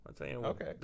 Okay